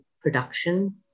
production